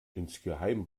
insgeheim